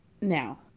Now